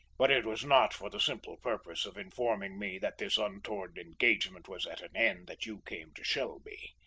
but it was not for the simple purpose of informing me that this untoward engagement was at an end that you came to shelby.